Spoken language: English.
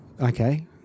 Okay